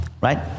right